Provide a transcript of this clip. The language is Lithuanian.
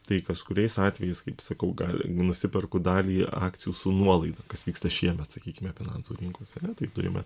tai kaskuriais atvejais kaip sakau gal nusiperku dalį akcijų su nuolaida kas vyksta šiemet sakykime finansų rinkose ar ne tai turime